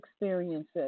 experiences